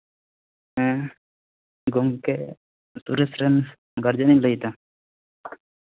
ᱦᱮᱸ ᱜᱚᱢᱠᱮ ᱥᱩᱨᱮᱥᱨᱮᱱ ᱜᱟᱨᱡᱮᱱ ᱤᱧ ᱞᱟᱹᱭᱫᱟ